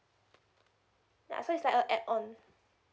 yeah so is like a add on